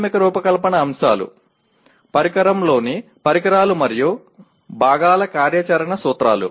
ప్రాథమిక రూపకల్పన అంశాలు పరికరంలోని పరికరాలు మరియు భాగాల కార్యాచరణ సూత్రాలు